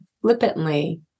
flippantly